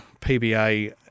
PBA